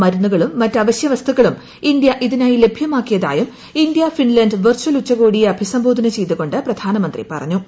മരുന്നൂകളും മറ്റ് അവശ്യവസ്തുക്കളും ഇന്ത്യ ഇതിനായി ലഭ്യമാക്കിയ്തായും ഇന്ത്യ ഫിൻലൻഡ് വിർച്ചൽ ഉച്ചകോടിയെ അഭിസംബോധന ചെയ്തുകൊണ്ട് പ്രധാനമന്ത്രി പറഞ്ഞു